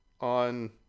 on